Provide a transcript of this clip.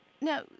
Now